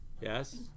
Yes